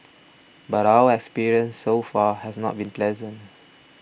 but our experience so far has not been pleasant